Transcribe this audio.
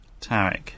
Tarek